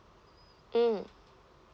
mm